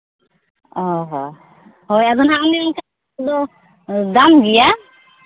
ᱚ ᱦᱚᱸ ᱦᱳᱭ ᱟᱫᱚ ᱦᱟᱸᱜ ᱚᱱᱮ ᱚᱱᱠᱟ ᱟᱫᱚ ᱫᱟᱢ ᱜᱮᱭᱟ